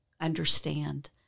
understand